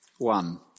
One